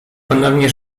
ponownie